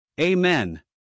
Amen